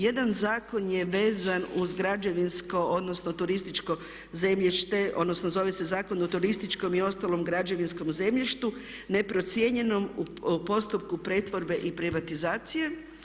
Jedan zakon je vezan uz građevinsko odnosno turističko zemljište odnosno zove se Zakon o turističkom i ostalom građevinskom zemljištu, neprocijenjenom u postupku pretvorbe i privatizacije.